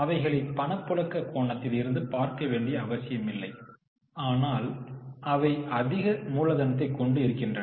அவைகளை பணப்புழக்க கோணத்தில் இருந்து பார்க்க வேண்டிய அவசியமில்லை ஆனால் அவை அதிக மூலதனத்தை கொண்டு இருக்கின்றன